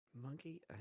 Monkey